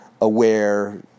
aware